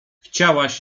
chciałaś